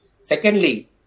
Secondly